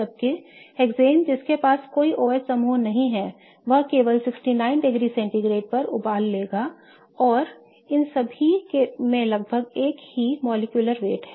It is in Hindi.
जबकि हेक्सेन जिसके पास कोई OH समूह नहीं है वह केवल 69 डिग्री सेंटीग्रेड पर उबाल लेगा और इन सभी में लगभग एक ही आणविक भार है